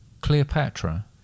Cleopatra